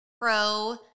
pro